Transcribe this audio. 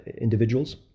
individuals